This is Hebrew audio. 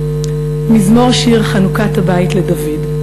"מזמור שיר חנֻכַּת הבית לדוד.